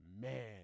Man